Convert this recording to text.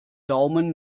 daumen